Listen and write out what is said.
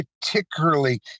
particularly